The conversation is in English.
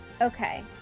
okay